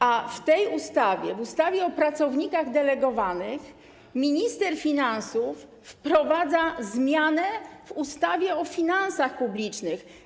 A w tej ustawie, w ustawie o pracownikach delegowanych, minister finansów wprowadza zmianę w ustawie o finansach publicznych.